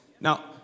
Now